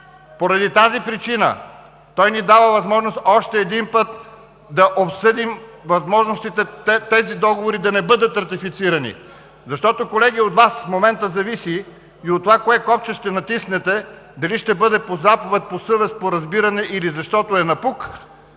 Поради тази причина той ни дава възможност още един път да обсъдим възможностите тези договори да не бъдат ратифицирани, защото, колеги, от Вас в момента зависи и от това кое копче ще натиснете, дали ще бъде по заповед, по съвест, по разбиране или защото е напук,